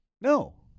No